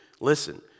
Listen